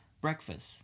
breakfast